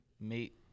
meet